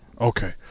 Okay